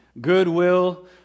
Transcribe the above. goodwill